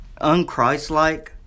unChristlike